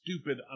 stupid